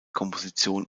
komposition